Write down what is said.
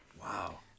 Wow